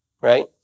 right